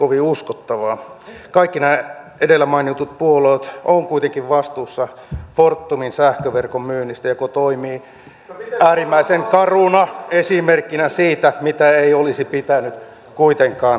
kaikki nämä edellä mainitut puolueet ovat kuitenkin vastuussa fortumin sähköverkon myynnistä joka toimii äärimmäisen karuna esimerkkinä siitä mitä ei olisi pitänyt kuitenkaan tehdä